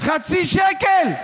חצי שקל.